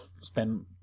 spend